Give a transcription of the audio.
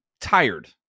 tired